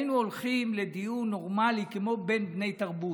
היינו הולכים לדיון נורמלי כמו בין בני תרבות.